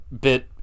bit